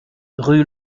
rue